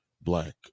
black